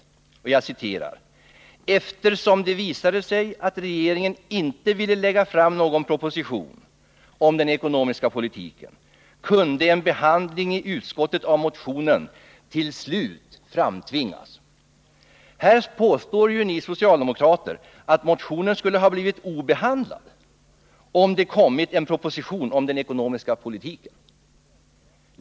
Åtgärder för att stabilisera ekono ”Eftersom det visade sig att regeringen inte ville lägga fram någon proposition om den ekonomiska politiken, kunde en behandling i utskottet av motionen till slut framtvingas.” Här påstår ni socialdemokrater att motionen skulle ha blivit obehandlad, om det hade kommit en proposition om den ekonomiska politiken.